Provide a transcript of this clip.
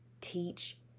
teach